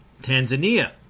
Tanzania